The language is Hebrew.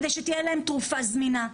כדי שתהיה להם תרופה זמינה,